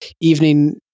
evening